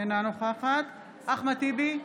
אינה נוכחת אחמד טיבי,